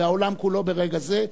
והעולם כולו ברגע זה,